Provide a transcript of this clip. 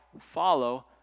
follow